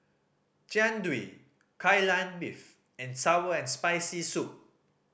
Jian Dui Kai Lan Beef and sour and Spicy Soup